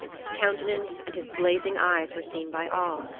his countenance and his blazing eyes were seen by all.